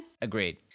Agreed